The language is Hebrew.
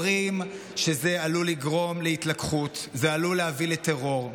אומרים שזה עלול לגרום להתלקחות ועלול להביא לטרור,